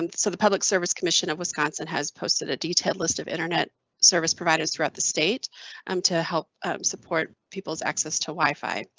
and so the public service commission of wisconsin has posted a detailed list of internet service providers throughout the state um to help support people's access to wifi.